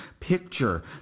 picture